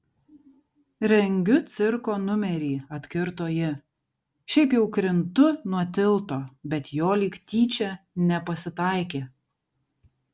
rengiu cirko numerį atkirto ji šiaip jau krintu nuo tilto bet jo lyg tyčia nepasitaikė